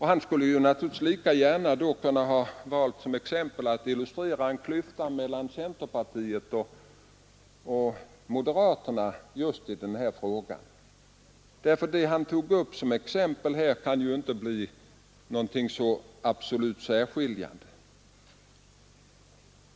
Han kunde naturligtvis då lika gärna såsom exempel ha valt att illustrera klyftan mellan centerpartiet och moderata samlingspartiet just i den här frågan, eftersom det som han tog upp som exempel här inte kan bli något absolut särskiljande.